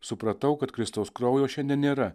supratau kad kristaus kraujo šiandien nėra